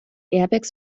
airbags